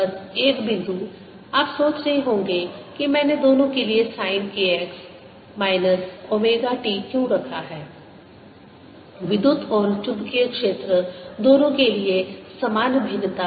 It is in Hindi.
बस एक बिंदु आप सोच रहे होंगे कि मैंने दोनों के लिए sine k x minus omega t क्यों रखा है विद्युत और चुंबकीय क्षेत्र दोनों के लिए समान भिन्नता